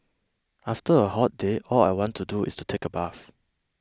after a hot day all I want to do is to take a bath